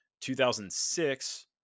2006